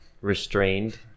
restrained